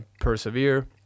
persevere